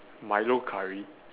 Milo curry